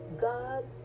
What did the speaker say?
God